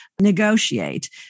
negotiate